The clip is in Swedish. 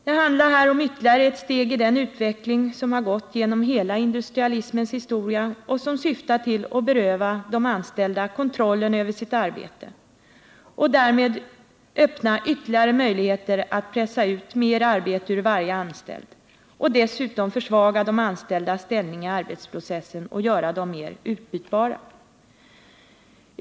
Det handlar här om ytterligare ett steg i den utveckling som har gått genom hela industrialismens historia och som syftar till att beröva de anställda kontrollen över sitt arbete och därmed öppna ytterligare möjligheter att pressa ut mer arbete ur varje anställd och dessutom försvaga de anställdas ställning i arbetsprocessen och göra dem mer utbytbara.